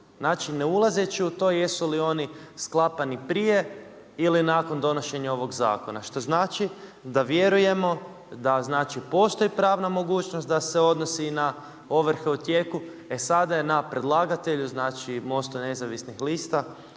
Znači ne ulazeći u to jesu li oni sklapani prije ili nakon donošenja ovoga zakona što znači da vjerujemo da znači postoji pravna mogućnost da se odnosi na ovrhe u tijeku e sada je na predlagatelju znači, MOST-u nezavisnih lista